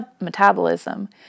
metabolism